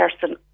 person